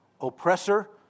Oppressor